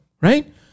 right